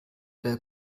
der